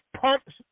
pumps